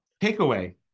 takeaway